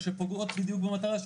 אבל שפוגעות בדיוק במטרה,